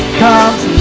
comes